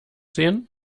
sehen